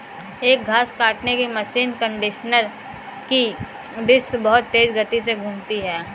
एक घास काटने की मशीन कंडीशनर की डिस्क बहुत तेज गति से घूमती है